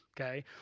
okay